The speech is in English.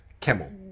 Camel